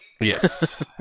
Yes